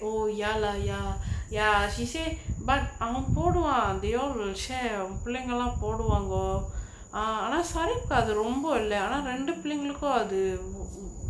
oh ya lah ya ya she say but அவ போடுவா:ava poduvaa they all same புள்ளைங்கல்லா போடுவாங்கோ:pullaingallaa poduvaango ah ஆனா:aanaa sarif கு அது ரொம்ப இல்ல ஆனா ரெண்டு புள்ளைங்களுக்கு அது:ku athu romba illa aanaa rendu pullaingalukku athu